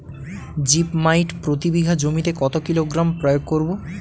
Zip মাইট প্রতি বিঘা জমিতে কত কিলোগ্রাম প্রয়োগ করব?